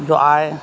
جو آئے